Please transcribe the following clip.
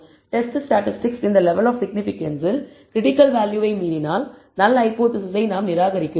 test statistic இந்த level of சிக்னிபிகன்ஸில் critical வேல்யூவை மீறினால் நல் ஹைபோதேசிஸை நாம் நிராகரிக்கிறோம்